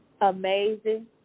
amazing